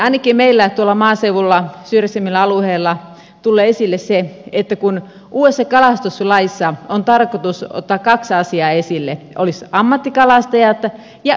ainakin meillä tuolla maaseudulla syrjäisemmillä alueilla tulee esille se että uudessa kalastuslaissa on tarkoitus ottaa kaksi asiaa esille olisi ammattikalastajat ja virkistyskalastajat